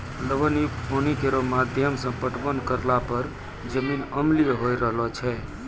लवण युक्त पानी केरो माध्यम सें पटवन करला पर जमीन अम्लीय होय रहलो छै